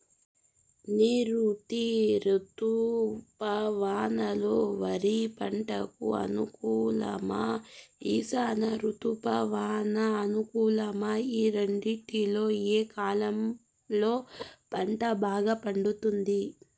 నైరుతి రుతుపవనాలు వరి పంటకు అనుకూలమా ఈశాన్య రుతుపవన అనుకూలమా ఈ రెండింటిలో ఏ కాలంలో పంట బాగా పండుతుంది?